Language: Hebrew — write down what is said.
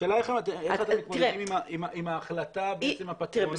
השאלה איך הם מתמודדים עם ההחלטה הבעצם הפטרונית